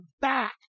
back